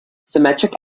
symmetric